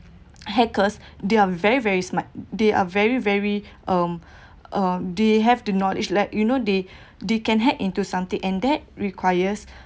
hackers they are very very smart they are very very um um they have the knowledge like you know they they can hack into something and that requires